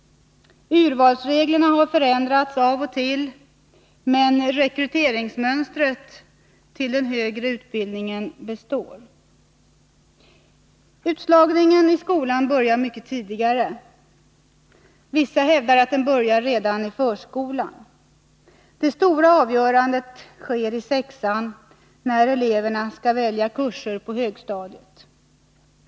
Urvalsreglerna har förändrats av och till, men rekryteringsmönstret för den högre utbildningen består. Utslagningen i skolan börjar mycket tidigare. Vissa hävdar att den börjar redan i förskolan. Det stora avgörandet sker i klass 6, när eleverna skall välja kurser på högstadiet.